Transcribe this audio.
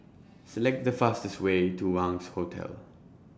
Select The fastest Way to Wangz Hotel